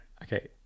Okay